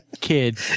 kid